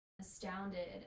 astounded